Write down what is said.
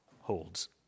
holds